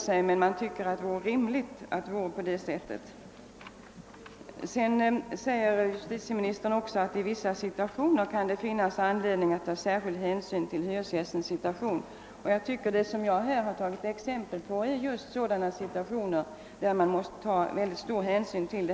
Jag tycker emellertid att detta skulle vara rimligt. Justitieministern sade vidare att det i vissa fall kan finnas anledning att ta särskild hänsyn till hyresgästens situation. De exempel jag lämnat gäller enligt min mening just sådana situationer där det måste tas mycket stor hänsyn.